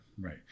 right